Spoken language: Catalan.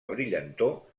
brillantor